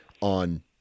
on